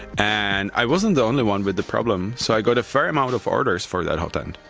and i wasn't the only one with the problem, so i got a fair amount of orders for that hotend.